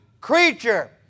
creature